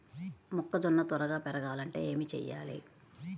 మొక్కజోన్న త్వరగా పెరగాలంటే ఏమి చెయ్యాలి?